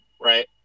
right